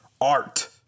Art